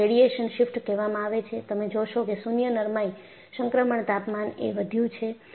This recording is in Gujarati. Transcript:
આને રેડિયેશન શિફ્ટ કહેવામાં આવે છે તમે જોશો કે શૂન્ય નરમાઇ સંક્રમણ તાપમાન એ વધ્યું છે